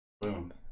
Boom